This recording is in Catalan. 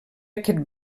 aquest